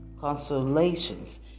consolations